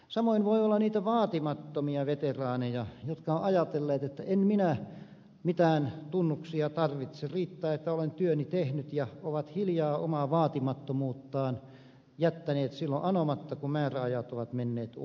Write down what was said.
samoin voi olla niitä vaatimattomia veteraaneja jotka ovat ajatelleet että en minä mitään tunnuksia tarvitse riittää että olen työni tehnyt ja ovat hiljaa ovat omaa vaatimattomuuttaan jättäneet tunnukset anomatta ennen kuin määräajat ovat menneet umpeen